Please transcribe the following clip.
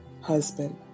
husband